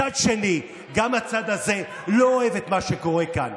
מצד שני, גם הצד הזה לא אוהב את מה שקורה כאן.